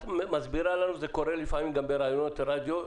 את מסבירה לנו זה קורה לפעמים גם בראיונות רדיו,